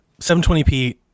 720p